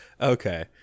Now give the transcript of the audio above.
Okay